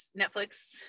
Netflix